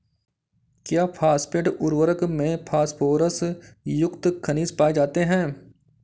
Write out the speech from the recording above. क्या फॉस्फेट उर्वरक में फास्फोरस युक्त खनिज पाए जाते हैं?